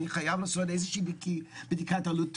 אני חייב לעשות איזושהי בדיקה עלות תועלת,